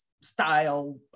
style